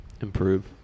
improve